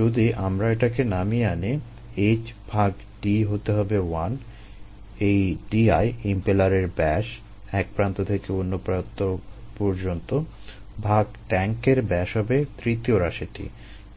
যদি আমরা এটাকে নামিয়ে আনি H ভাগ D হতে হবে 1 এই D I ইমপেলারের ব্যাস এক প্রান্ত থেকে অন্য প্রান্ত পর্যন্ত ভাগ ট্যাংকের ব্যাস হবে তৃতীয় রাশিটি